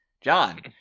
John